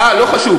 אה, לא חשוב.